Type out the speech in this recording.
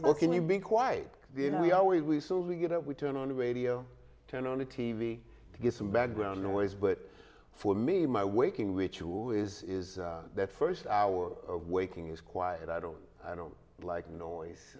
oh can you be quite the you know we always we so we get up we turn on the radio turn on the t v get some background noise but for me my waking ritual is that first hour of waking is quiet i don't i don't like noise